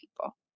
people